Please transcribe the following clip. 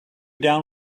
down